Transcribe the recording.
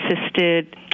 assisted